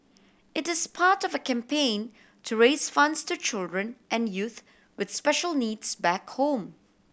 it is part of a campaign to raise funds to children and youth with special needs back home